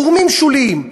גורמים שוליים.